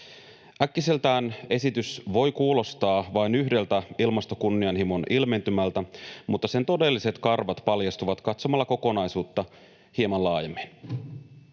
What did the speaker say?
Äkkiseltään esitys voi kuulostaa vain yhdeltä ilmastokunnianhimon ilmentymältä, mutta sen todelliset karvat paljastuvat katsomalla kokonaisuutta hieman laajemmin.